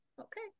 okay